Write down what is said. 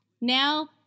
Now